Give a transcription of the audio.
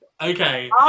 Okay